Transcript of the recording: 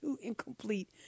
incomplete